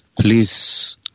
please